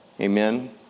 Amen